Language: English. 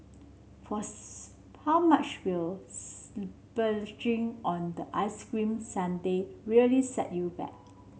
for how much will splurging on the ice cream sundae really set you back